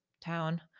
town